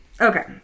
Okay